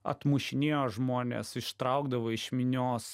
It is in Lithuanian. atmušinėjo žmones ištraukdavo iš minios